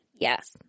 Yes